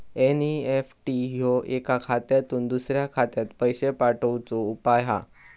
NEFT ह्यो एका खात्यातुन दुसऱ्या खात्यात पैशे पाठवुचो उपाय हा